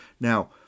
Now